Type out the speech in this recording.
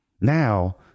now